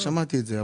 שמעתי את זה.